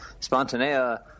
Spontanea